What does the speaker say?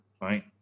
right